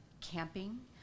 camping